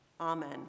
Amen